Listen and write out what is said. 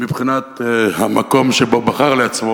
מבחינת המקום שבו בחר לעצמו